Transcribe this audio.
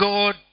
God